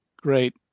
Great